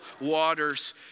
waters